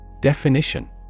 Definition